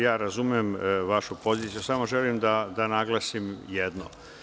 Ja razumem vašu poziciju, samo želim da naglasim jedno.